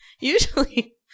Usually